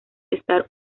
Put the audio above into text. estar